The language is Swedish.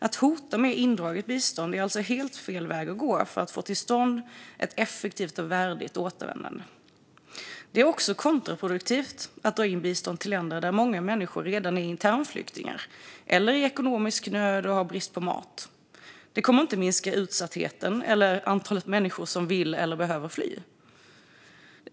Att hota med indraget bistånd är alltså helt fel väg att gå för att få till stånd ett effektivt och värdigt återvändande. Det är också kontraproduktivt att dra in biståndet till länder där många människor redan är internflyktingar eller i ekonomisk nöd och har brist på mat. Det kommer inte att minska utsattheten eller antalet människor som vill eller behöver fly.